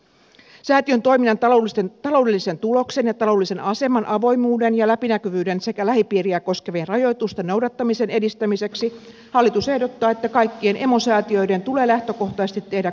säätiön toiminnan taloudellisen tuloksen ja taloudellisen aseman avoimuuden ja läpinäkyvyyden sekä lähipiiriä koskevien rajoitusten noudattamisen edistämiseksi hallitus ehdottaa että kaikkien emosäätiöiden tulee lähtökohtaisesti tehdä konsernitilinpäätös